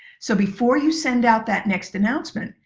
so before you send out that next announcement,